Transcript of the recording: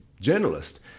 journalist